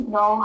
no